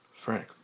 Frank